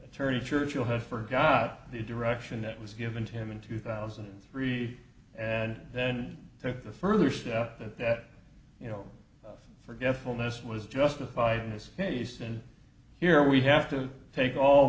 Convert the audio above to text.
attorney churchill had forgot the direction that was given to him in two thousand and three and then took the further step that that you know forgetfulness was justified in this case and here we have to take all